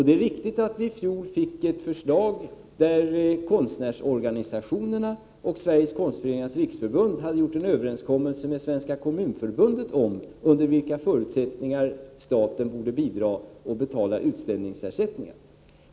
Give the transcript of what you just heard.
Det är riktigt att det i fjol lades fram ett förslag där konstnärsorganisationerna och Sveriges konstföreningars riksförbund hade träffat en överenskommelse med Svenska kommunförbundet som gällde under vilka förutsättningar staten borde bidra till att betala utställningsersättningar.